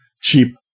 cheap